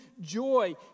joy